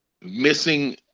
missing